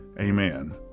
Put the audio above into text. Amen